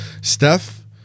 Steph